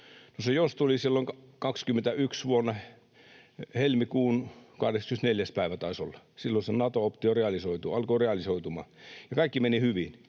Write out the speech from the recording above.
se ”jos” tuli silloin vuonna 21, taisi olla helmikuun 24. päivä. Silloin se Nato-optio alkoi realisoitumaan, ja kaikki meni hyvin.